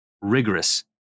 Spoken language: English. rigorous